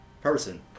Person